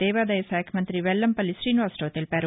దేవాదాయ శాఖామంతి వెల్లంపల్లి శీనివాసరావు తెలిపారు